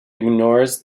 ignores